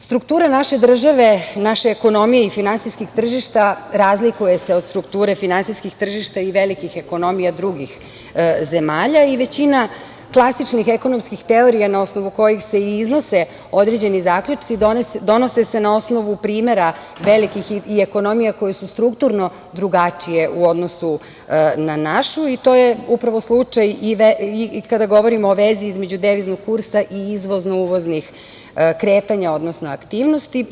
Struktura naše države, naše ekonomije i finansijskih tržišta razlikuje se od strukture finansijskih tržišta i velikih ekonomija drugih zemalja, i većina klasičnih ekonomskih teorija na osnovu kojih se i iznose određeni zaključci donose se na osnovu primera velikih i ekonomija koja su strukturno drugačije u odnosu na našu i to je upravo slučaj i kada govorimo o vezi između deviznog kursa i izvozno uvoznih kretanja, odnosno aktivnosti.